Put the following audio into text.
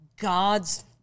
God's